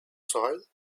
soil